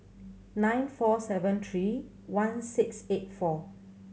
nine four seven three one six eight four